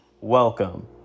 Welcome